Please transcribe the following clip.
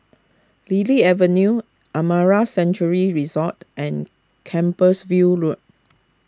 Lily Avenue Amara Sanctuary Resort and Compassvale Road